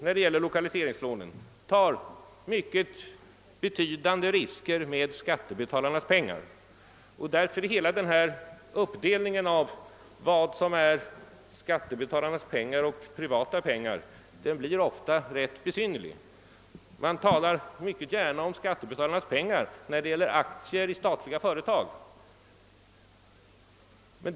När det gäller lokaliseringselånen vet vi att vi tar mycket betydande risker med skattebetalarnas pengar. Därför blir hela denna uppdelning i skattebetalarnas pengar och privata pengar ofta rätt besynnerlig. Man talar mycket gärna om skattebetalarnas pengar när det gäller aktier i statliga företag.